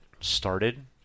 started